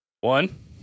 One